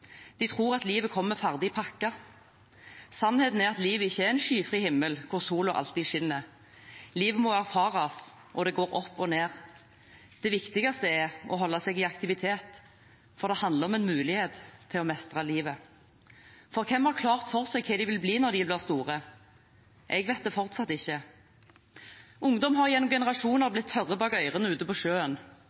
ikke er en skyfri himmel hvor solen alltid skinner. Livet må erfares. Det går opp og ned. Det viktigste er å holde seg i aktivitet. Det handler om en mulighet til å mestre livet. For hvem har klart for seg hva de vil bli når de blir store? Jeg vet det fortsatt ikke. Ungdom har gjennom generasjoner blitt tørre bak ørene ute på sjøen.